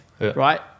right